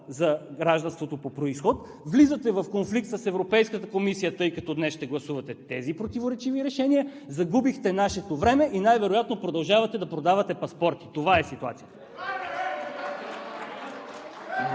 за гражданството по произход. Влизате в конфликт с Европейската комисия, тъй като днес ще гласувате тези противоречиви решения. Загубихте нашето време и най-вероятно продължавате да продавате паспорти. Това е ситуацията.